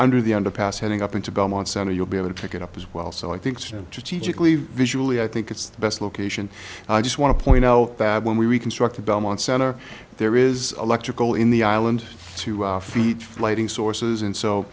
under the underpass heading up into belmont center you'll be able to pick it up as well so i think dziedzic lee visually i think it's the best location and i just want to point out that when we reconstruct the belmont center there is electrical in the island two feet lighting sources and so